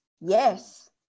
Yes